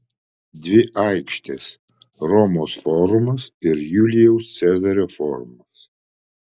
dvi aikštės romos forumas ir julijaus cezario forumas